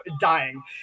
dying